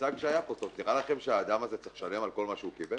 המיצג שהיה פה נראה לכם שהאדם הזה צריך לשלם על כל מה שהוא קיבל?